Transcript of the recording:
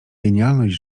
genialność